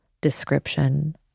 description